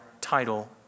title